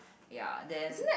ya then